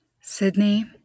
sydney